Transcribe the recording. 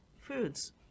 foods